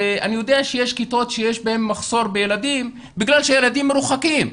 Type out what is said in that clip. אני יודע שיש כיתות שיש בהן מחסור בילדים בגלל שהילדים מרוחקים.